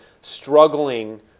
struggling